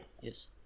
Yes